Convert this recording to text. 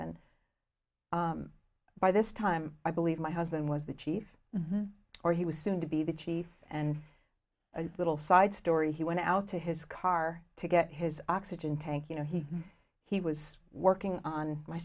and by this time i believe my husband was the chief or he was soon to be the chief and a little side story he went out to his car to get his oxygen tank you know he he was working on my